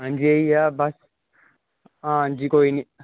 ਹਾਂਜੀ ਇਹ ਹੀ ਆ ਬਸ ਹਾਂ ਜੀ ਕੋਈ ਨਹੀਂ